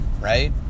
right